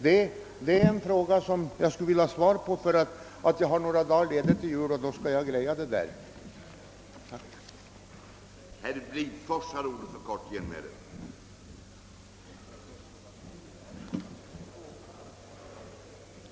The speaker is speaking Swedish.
Det här är en fråga som jag skulle vilja ha svar på, ty jag har några dagar ledigt under jul och di tänkte jag ordna den här saken on det går.